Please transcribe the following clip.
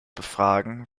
befragen